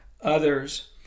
others